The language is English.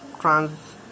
trans